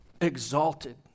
exalted